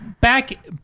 Back